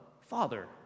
Father